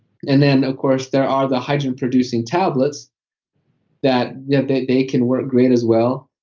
and then, of course, there are the hydrogen-producing tablets that yeah they they can work great, as well,